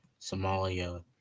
Somalia